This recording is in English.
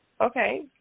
Okay